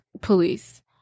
police